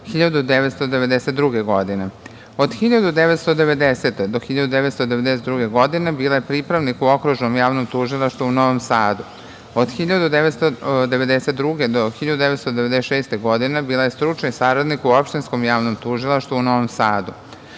1992. godine. Od 1990-1992. godine bila je pripravnik u Okružnom javnom tužilaštvu u Novom Sadu. Od 1992-1996. godine bila je stručni saradnik u Opštinskom javnom tužilaštvu u Novom Sadu.